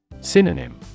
Synonym